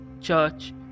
church